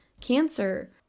cancer